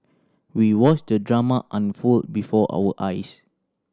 we watched the drama unfold before our eyes